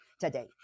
today